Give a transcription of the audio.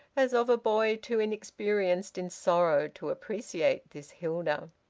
as of a boy too inexperienced in sorrow to appreciate this hilda.